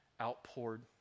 outpoured